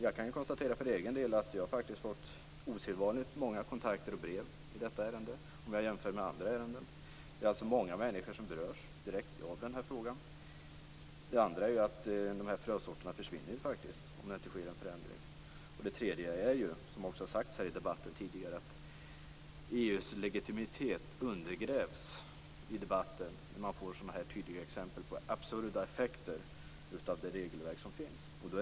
Jag kan för egen del för det första konstatera att jag fått osedvanligt många kontakter och brev i detta ärende om jag jämför med andra ärenden. Det är alltså många människor som direkt berörs av den här frågan. Det andra är att dessa frösorter faktiskt försvinner om det inte blir en förändring. Det tredje är, som också sagts här i debatten tidigare, att EU:s legitimitet undergrävs i debatten när man får sådana här tydliga exempel på absurda effekter av det regelverk som finns.